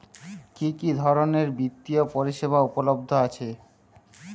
কি কি ধরনের বৃত্তিয় পরিসেবা উপলব্ধ আছে?